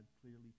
clearly